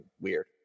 weird